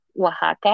Oaxaca